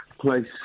place